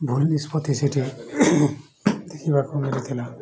ଭୁଲ ନିଷ୍ପତି ସେଠି ଦେଖିବାକୁ ମିଳି ଥିଲା